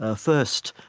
ah first,